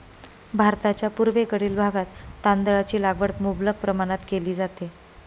भारताच्या पूर्वेकडील भागात तांदळाची लागवड मुबलक प्रमाणात केली जाते